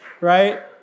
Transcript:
right